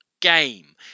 game